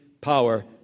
power